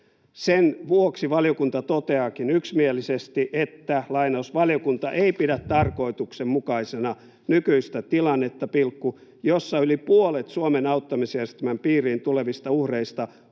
Sen vuoksi valiokunta toteaakin yksimielisesti, että ”valiokunta ei pidä tarkoituksenmukaisena nykyistä tilannetta, jossa yli puolet Suomen auttamisjärjestelmän piiriin tulevista uhreista